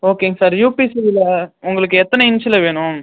ஓகேங்க sir UPC இதில் உங்களுக்கு எத்தனை இன்ச்சில் வேணும்